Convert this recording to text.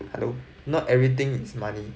hello not everything is money